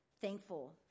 thankful